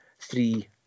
three